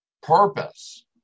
purpose